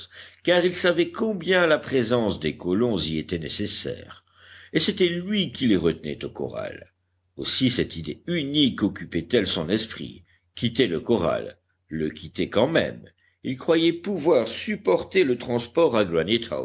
car il savait combien la présence des colons y était nécessaire et c'était lui qui les retenait au corral aussi cette idée unique occupait-elle son esprit quitter le corral le quitter quand même il croyait pouvoir supporter le transport